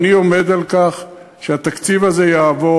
אני עומד על כך שהתקציב הזה יעבור.